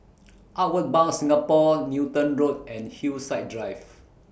Outward Bound Singapore Newton Road and Hillside Drive